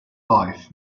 life